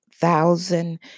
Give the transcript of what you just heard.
Thousand